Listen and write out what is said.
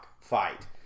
fight